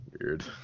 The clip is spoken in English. Weird